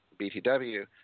BTW